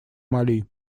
мали